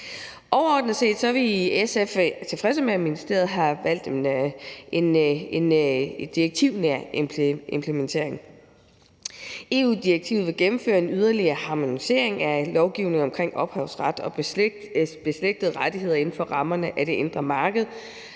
Overordnet set er vi i SF tilfredse med, at ministeriet har valgt en direktivnær implementering. EU-direktivet vil gennemføre en yderligere harmonisering af lovgivningen omkring ophavsret og beslægtede rettigheder inden for rammerne af det indre marked